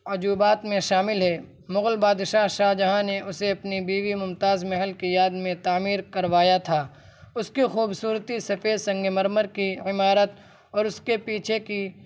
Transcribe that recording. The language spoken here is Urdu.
عجوبات میں شامل ہے مغل بادشاہ شاہجہاں نے اسے اپنی بیوی ممتاز محل کی یاد میں تعمیر کروایا تھا اس کی خوبصورتی سفید سنگ مرمر کی عمارت اور اس کے پیچھے کی